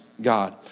God